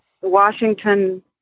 Washington